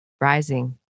rising